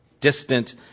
distant